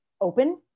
open